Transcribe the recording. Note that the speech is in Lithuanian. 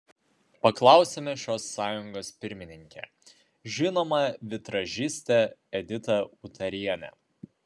paklausėme šios sąjungos pirmininkę žinomą vitražistę editą utarienę